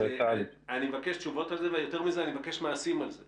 אני מבקש תשובות לזה ומעשים בעקבות זה.